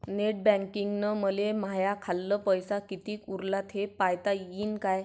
Net बँकिंगनं मले माह्या खाल्ल पैसा कितीक उरला थे पायता यीन काय?